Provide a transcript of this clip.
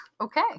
Okay